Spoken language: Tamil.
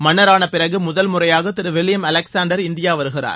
மன்னரான பிறகு முதல் முறையாக திரு வில்லியம் அலெக்ஸாண்டர் இந்தியா வருகிறார்